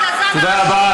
אתה הגזען הראשי, תודה רבה.